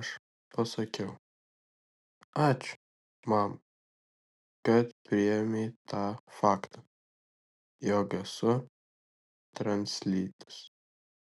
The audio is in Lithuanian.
o aš pasakiau ačiū mama kad priėmei tą faktą jog esu translytis